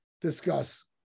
discuss